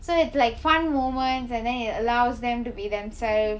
so it's like fun moments and then it allows them to be themselves